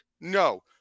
No